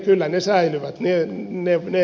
kyllä ne säilyvät me emme me